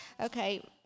Okay